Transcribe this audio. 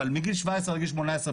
אבל מגיל 17 עד גיל 18,